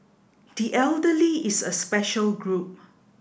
the elderly is a special group